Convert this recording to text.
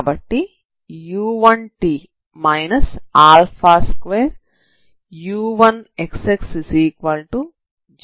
కాబట్టి u1t 2u1xx0 x∈R అవుతుంది